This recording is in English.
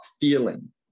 feeling